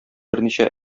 берничә